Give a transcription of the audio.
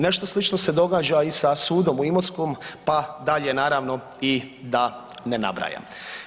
Nešto slično se događa i sa sudom u Imotskom, pa dalje naravno da i ne nabrajam.